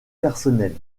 personnelle